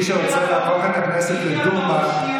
מי שרוצה להפוך את הכנסת לדומה,